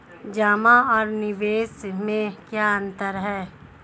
जमा और निवेश में क्या अंतर है?